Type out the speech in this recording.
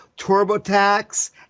TurboTax